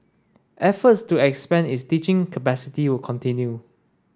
efforts to expand its teaching capacity will continue